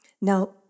Now